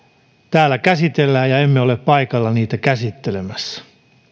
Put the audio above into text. täällä käsitellään ja emme ole paikalla niitä käsittelemässä